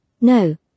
No